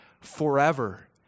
forever